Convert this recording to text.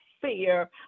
fear